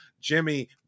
Jimmy